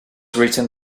written